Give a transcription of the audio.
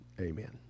amen